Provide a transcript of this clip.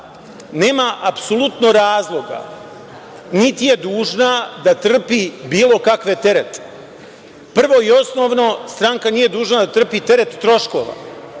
nema apsolutno razloga niti je dužna da trpi bilo kakve terete. Prvo i osnovno, stranka nije dužna da trpi teret troškova.